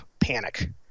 panic